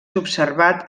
observat